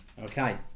Okay